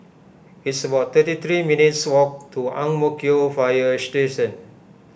it's about thirty three minutes' walk to Ang Mo Kio Fire Station